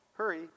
Hurry